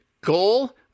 goal